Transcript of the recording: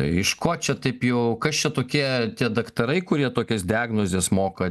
iš ko čia taip jau kas čia tokie tie daktarai kurie tokias diagnozes moka